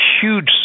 huge